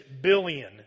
billion